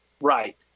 Right